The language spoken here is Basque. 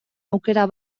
aukera